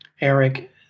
Eric